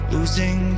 Losing